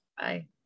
Bye